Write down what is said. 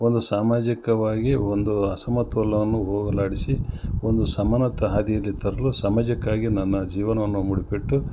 ಒಂದು ಸಾಮಾಜಿಕವಾಗಿ ಒಂದು ಅಸಮತೋಲವನ್ನು ಹೋಗಲಾಡಿಸಿ ಒಂದು ಸಮನಾತೆ ಹಾದಿಯಲ್ಲಿ ತರಲು ಸಮಾಜಕ್ಕಾಗಿ ನನ್ನ ಜೀವನವನ್ನು ಮುಡುಪಿಟ್ಟು